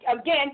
Again